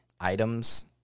items